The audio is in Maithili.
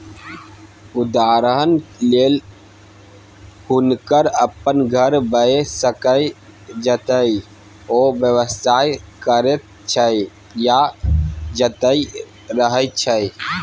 उदहारणक लेल हुनकर अपन घर भए सकैए जतय ओ व्यवसाय करैत छै या जतय रहय छै